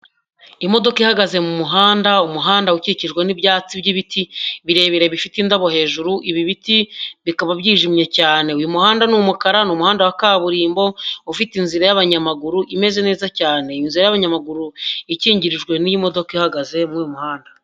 Imodoka ihagaze mu muhanda, umuhanda ukikijwe n'ibyatsi by'ibiti birebire bifite indabo hejuru, ibi biti bikaba byijimye cyane. Uyu muhanda ni umukara umuhanda wa kaburimbo ufite inzira y'abanyamaguru imeze neza cyane. Iyo inzira y'abanyamaguru ikingirijwe n'iyi modoka ihagaze muri uyu muhanda.